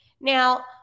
now